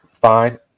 fine